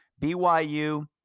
BYU